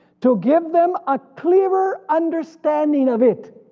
to give them a clearer understanding of it.